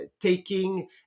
taking